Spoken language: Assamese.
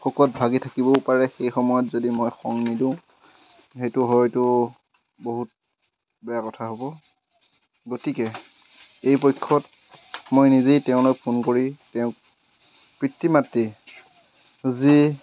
শোকত ভাগি থাকিবও পাৰে সেই সময়ত যদি মই সংগ নিদিওঁ সেইটো হয়তো বহুত বেয়া কথা হ'ব গতিকে এই পক্ষত মই নিজেই তেওঁলৈ ফোন কৰি তেওঁৰ পিতৃ মাতৃৰ যি